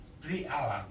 Pre-alarm